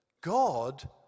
God